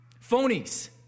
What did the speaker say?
phonies